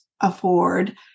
afford